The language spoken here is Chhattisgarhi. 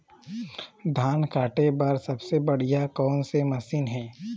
धान काटे बर सबले बढ़िया कोन से मशीन हे?